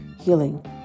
Healing